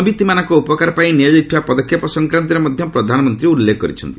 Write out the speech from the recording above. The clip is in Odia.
ମଧ୍ୟବିତ୍ତମାନଙ୍କ ଉପକାର ପାଇଁ ନିଆଯାଇଥିବା ପଦକ୍ଷେପ ସଂକ୍ୱାନ୍ତରେ ମଧ୍ୟ ପ୍ରଧାନମନ୍ତ୍ରୀ ଉଲ୍ଲେଖ କରିଛନ୍ତି